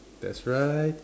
that's right